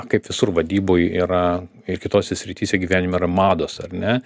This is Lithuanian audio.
kaip visur vadyboj yra ir kitose srityse gyvenime yra mados ar ne